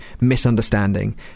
misunderstanding